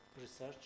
research